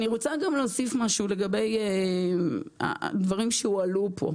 אני רוצה גם להוסיף משהו לגבי הדברים שהועלו פה,